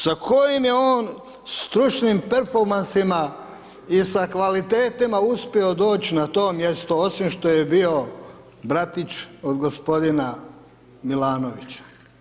Sa kojim je stručnim perfomansima i sa kvalitetima uspio doći na to mjesto, osim što je bio bratić od gospodina Milanovića.